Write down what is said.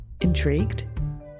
Intrigued